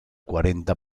cuarenta